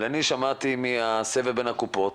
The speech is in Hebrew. אבל אני שמעתי מהסבב בין הקופות